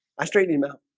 i straighten him out.